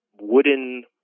wooden